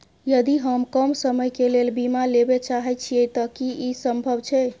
यदि हम कम समय के लेल बीमा लेबे चाहे छिये त की इ संभव छै?